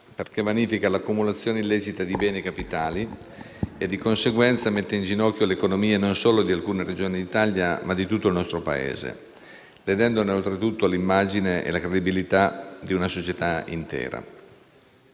perché vanifica l'accumulazione illecita di beni e capitali e, di conseguenza, mette in ginocchio le economie non solo di alcune Regioni d'Italia, ma di tutto il nostro Paese, ledendo oltretutto l'immagine e la credibilità di una società intera.